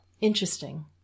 Interesting